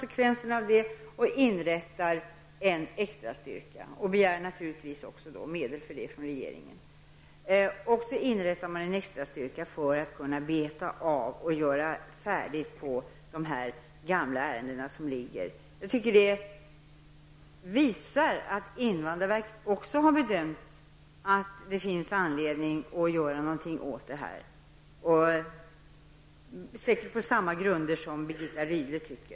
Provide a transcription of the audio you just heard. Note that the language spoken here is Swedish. Men man har också inrättat en extra styrka -- och naturligtvis också begärt medel för det från regeringen -- för att kunna beta av mängden av gamla ärenden. Jag tycker att det visar att invandrarverket också har bedömt att det finns anledning att göra någonting åt det här, säkert på samma grunder som Birgitta Rydle.